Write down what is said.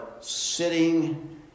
sitting